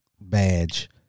badge